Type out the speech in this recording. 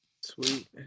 sweet